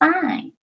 fine